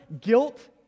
guilt